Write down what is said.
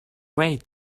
wait